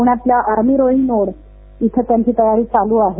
पुण्यातल्या army rowing इथं त्यांची तयारी सुरू आहे